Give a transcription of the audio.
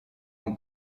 ont